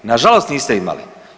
Nažalost niste imali.